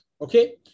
Okay